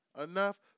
enough